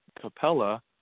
Capella